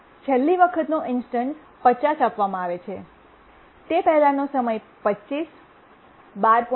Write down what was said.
છેલ્લી વખતનો ઇન્સ્ટન્સ 50 આપવામાં આવે છે તે પહેલાંનો સમય 25 12